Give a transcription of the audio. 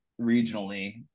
regionally